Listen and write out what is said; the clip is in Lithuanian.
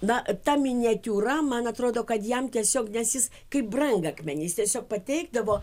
na ta miniatiūra man atrodo kad jam tiesiog nes jis kaip brangakmenis tiesiog pateikdavo